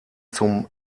zum